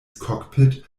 cockpit